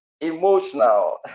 emotional